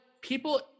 people